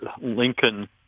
Lincoln